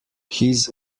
his